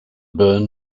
burn